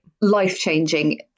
Life-changing